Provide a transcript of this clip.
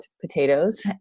potatoes